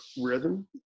rhythm